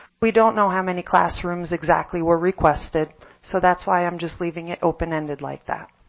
we don't know how many classrooms exactly were requested so that's why i'm just leaving it open ended like that.